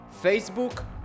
Facebook